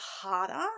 harder